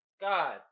God